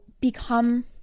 become